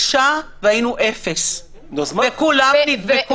גם מרעננה.